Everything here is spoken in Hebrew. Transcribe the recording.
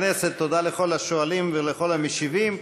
תודה לכל השואלים ולכל המשיבים.